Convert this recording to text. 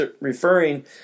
referring